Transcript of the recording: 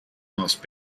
most